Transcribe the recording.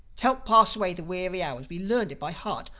to help pass away the weary hours we learned it by heart,